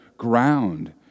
ground